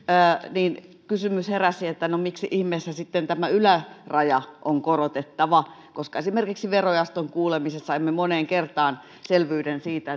niin kysymys heräsi että miksi ihmeessä sitten tämä yläraja on korotettava koska esimerkiksi verojaoston kuulemisessa saimme moneen kertaan selvyyden siitä